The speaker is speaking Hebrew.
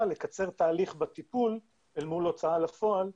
לקצר תהליך בטיפול אל מול הוצאה לפועל,